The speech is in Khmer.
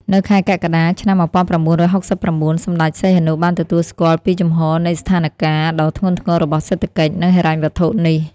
នៅខែកក្កដាឆ្នាំ ១៩៦៩ សម្តេចសីហនុ បានទទួលស្គាល់ពីជំហរនៃសណ្ឋានការណ៍ ដ៏ធ្ងន់ធ្ងររបស់សេដ្ឋកិច្ច និងហិរញ្ញវត្ថុនេះ។